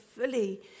fully